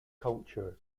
culture